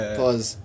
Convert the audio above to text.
pause